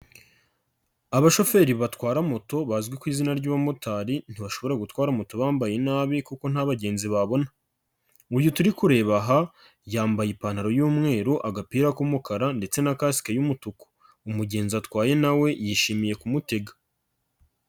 Abashoferi batwara moto bazwi ku izina ry'umumotari ntibashobora gutwara moto bambaye nabi kuko nta bagenzi babona, uyu turi kureba aha yambaye ipantaro y'umweru, agapira k'umukara ndetse na kasike y'umutuku, umugenzi atwaye na we yishimiye kumutega.